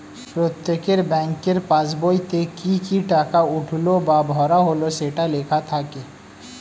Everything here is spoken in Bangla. প্রত্যেকের ব্যাংকের পাসবইতে কি কি টাকা উঠলো বা ভরা হলো সেটা লেখা থাকে